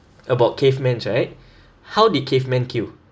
about cavemans right how the cavemen kill